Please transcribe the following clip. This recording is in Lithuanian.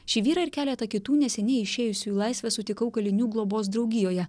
šį vyrą ir keletą kitų neseniai išėjusių į laisvę sutikau kalinių globos draugijoje